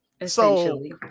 Essentially